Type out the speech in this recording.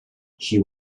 she